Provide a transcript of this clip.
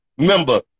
member